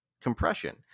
compression